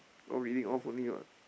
all reading off only [what]